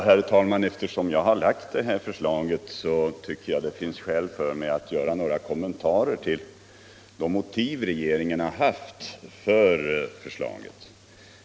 Herr talman! Eftersom jag har lagt fram det här förslaget, tycker jag det finns skäl för mig att göra några kommentarer till de motiv regeringen har haft.